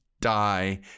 Die